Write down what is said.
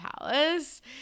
palace